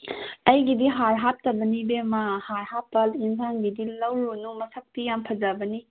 ꯑꯩꯒꯤꯗꯤ ꯍꯥꯔ ꯍꯥꯞꯇꯕꯅꯤ ꯏꯕꯦꯝꯃ ꯍꯥꯔ ꯍꯥꯞꯄ ꯌꯦꯟꯁꯥꯡꯗꯨꯗꯤ ꯂꯧꯔꯨꯅꯨ ꯃꯁꯛꯇꯤ ꯌꯥꯝ ꯐꯖꯕꯅꯤ